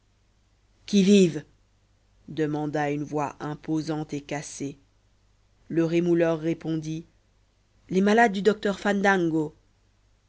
qui vive demanda une voix imposante et cassée le rémouleur répondit les malades du docteur fandango